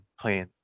playing